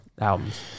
albums